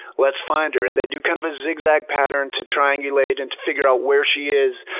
let's find her. and they do kind of a zig-zag pattern to triangulate and to figure out where she is.